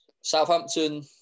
Southampton